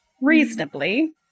Reasonably